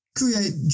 create